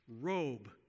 robe